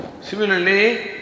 Similarly